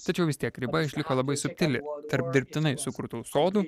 tačiau vis tiek riba išliko labai subtili tarp dirbtinai sukurtų sodų